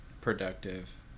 productive